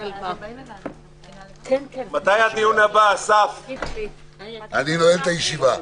אני נועל את הישיבה.